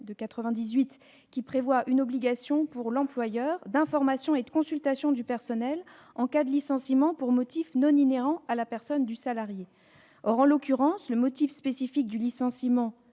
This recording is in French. de 1998, qui prévoit l'obligation pour l'employeur d'informer et de consulter le personnel en cas de licenciement pour motif non inhérent à la personne du salarié. Or, en l'occurrence, le motif spécifique du licenciement